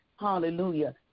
hallelujah